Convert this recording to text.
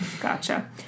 gotcha